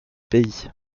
pays